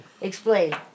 Explain